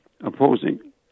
opposing